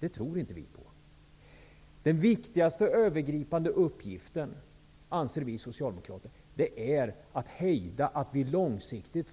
Vi socialdemokrater anser att den viktigaste övergripande uppgiften är att hejda en långsiktigt